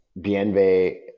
Bienve